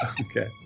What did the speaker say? Okay